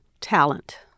Talent